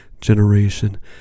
generation